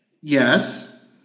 Yes